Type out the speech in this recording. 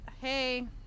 Hey